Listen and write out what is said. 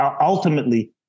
ultimately